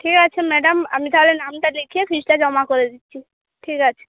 ঠিক আছে ম্যাডাম আমি তাহলে নামটা লিখিয়ে ফিসটা জমা করে দিচ্ছি ঠিক আছে